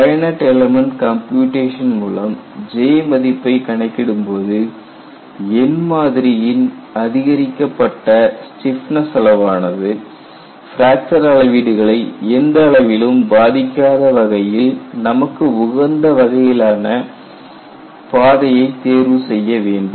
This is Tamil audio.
ஃபைனட் எல்மெண்ட் கம்ப்யூட்டேஷன் மூலம் J மதிப்பை கணக்கிடும்போது எண் மாதிரியின் அதிகரிக்கப்பட்ட ஸ்டிப்னஸ் அளவானது பிராக்சர் அளவீடுகளை எந்த அளவிலும் பாதிக்காத வகையில் நமக்கு உகந்த வகையிலான பாதையை தேர்வு செய்ய வேண்டும்